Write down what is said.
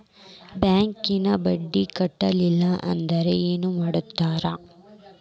ಬ್ಯಾಂಕಿನ ಬಡ್ಡಿ ಕಟ್ಟಲಿಲ್ಲ ಅಂದ್ರೆ ಏನ್ ಮಾಡ್ತಾರ?